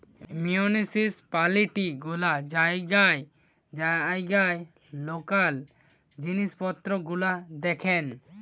municipality গুলা জায়গায় জায়গায় লোকাল জিনিস পত্র গুলা দেখেন